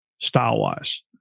style-wise